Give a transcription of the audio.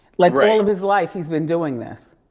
like, his life, he's been doing this.